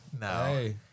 No